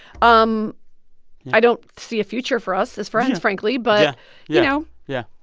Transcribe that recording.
um i don't see a future for us as friends, frankly, but you know yeah.